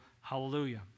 Hallelujah